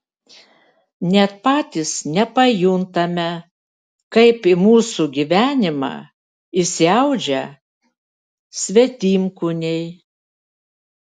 net patys nepajuntame kaip į mūsų gyvenimą įsiaudžia svetimkūniai